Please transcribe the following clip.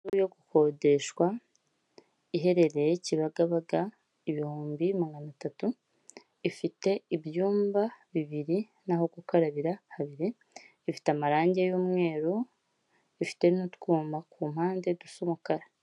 Inzu nini yo gukodeshwa iherereye Kibagabaga ibihumbi magana atatu, ifite ibyumba bibiri n'aho gukarabira habiri, ifite amarangi y'umweru, ifite n'utwuma ku mpande dusa umukara.